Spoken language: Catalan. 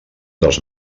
dels